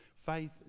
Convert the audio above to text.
Faith